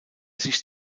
sich